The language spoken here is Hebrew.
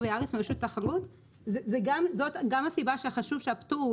זה גם שזאת גם הסיבה שהחשוב שהפטור הוא